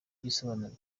igisobanuro